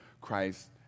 Christ